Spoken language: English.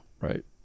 right